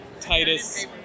Titus